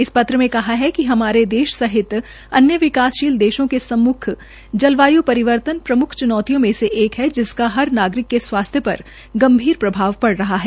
इस पत्र में कहा है कि हमारे देश सहित अन्य विकासशील देशों के सम्मुख जलवाय् परिवर्तन प्रमुख च्नौतियों में से एक है जिसका हर नागरिक के स्वास्थ्य पर गंभीर प्रभाव पड़ा रहा है